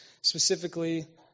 specifically